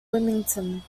wilmington